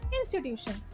Institution